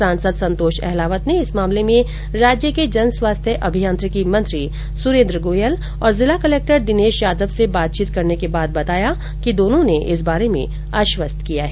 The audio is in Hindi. सांसद संतोष अहलावत ने इस मामले में राज्य के जनस्वास्थ्य अभियांत्रिकी मंत्री सुरेंद्र गोयल और जिला कलेक्टर दिनेश यादव से बातचीत करने के बाद बताया कि दोनों ने इस बारे में आश्वस्त किया हैं